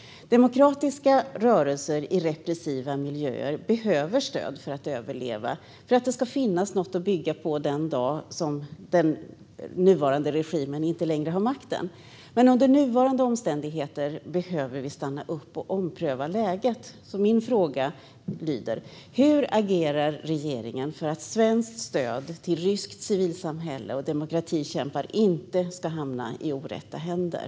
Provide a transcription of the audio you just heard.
Demokratiska rörelser i repressiva miljöer behöver stöd för att överleva och för att det ska finnas något att bygga på den dag då den nuvarande regimen inte längre har makten. Men under nuvarande omständigheter behöver vi stanna upp och ompröva läget. Hur agerar regeringen för att svenskt stöd till ryskt civilsamhälle och demokratikämpar inte ska hamna i orätta händer?